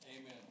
Amen